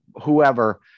whoever